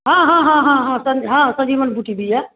हाँ हाँ हाँ हाँ संज हँ संजीवनी बूटी भी है